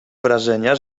wrażenia